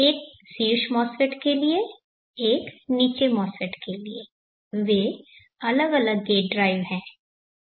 एक शीर्ष MOSFET के लिए एक नीचे MOSFET के लिए वे अलग अलग गेट ड्राइव हैं